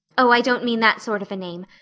oh, i don't mean that sort of a name.